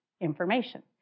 information